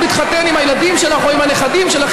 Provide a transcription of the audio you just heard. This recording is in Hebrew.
להתחתן עם הילדים שלך או עם הנכדים שלך,